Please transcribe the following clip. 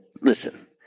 listen